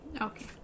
Okay